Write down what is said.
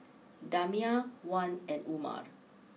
Damia Wan and Umar